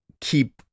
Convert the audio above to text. keep